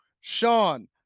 Sean